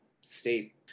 state